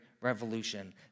revolution